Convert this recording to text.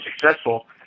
successful